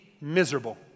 miserable